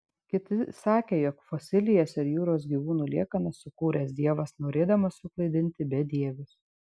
kiti sakė jog fosilijas ir jūros gyvūnų liekanas sukūręs dievas norėdamas suklaidinti bedievius